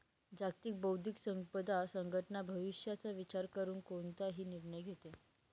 जागतिक बौद्धिक संपदा संघटना भविष्याचा विचार करून कोणताही निर्णय घेते